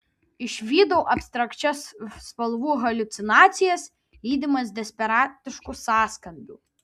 išvydau abstrakčias spalvų haliucinacijas lydimas desperatiškų sąskambių